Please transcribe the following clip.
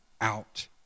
out